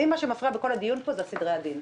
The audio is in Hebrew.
מה שמפריע לי בכל הדיון פה זה סדרי הדין.